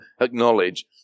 acknowledge